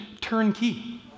turnkey